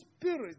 Spirit